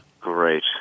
Great